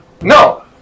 no